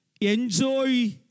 enjoy